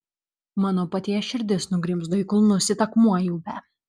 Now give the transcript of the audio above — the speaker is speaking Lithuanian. mano paties širdis nugrimzdo į kulnis it akmuo į upę